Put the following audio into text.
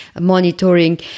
monitoring